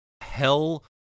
Hell